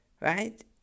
right